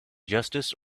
justice